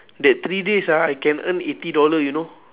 that three days ah I can earn eighty dollar you know